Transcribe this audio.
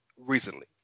recently